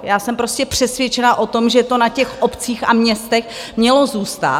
Já jsem prostě přesvědčená o tom, že to na těch obcích a městech mělo zůstat.